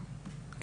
כן.